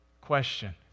question